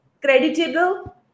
creditable